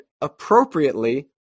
appropriately